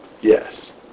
Yes